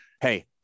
hey